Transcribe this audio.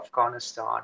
Afghanistan